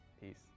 Peace